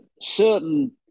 certain